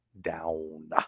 down